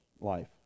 life